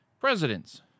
presidents